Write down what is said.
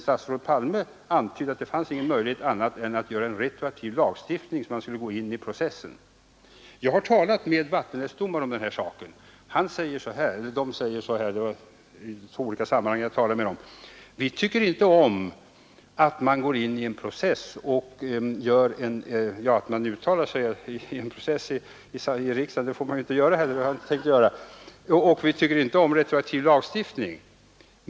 Statsminister Palme antydde att det inte fanns någon annan möjlighet än en retroaktiv lagstiftning för att man skulle kunna gå i process. Jag har talat med vattenrättsdomare om den här saken, och de säger att de inte tycker om ingrepp i processer och tycker inte om retroaktiv lagstiftning.